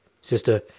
sister